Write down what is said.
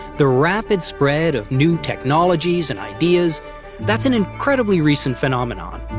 the rapid spread of new technologies and ideas that's an incredibly recent phenomenon,